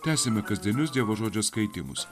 tęsime kasdienius dievo žodžio skaitymus